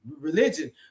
religion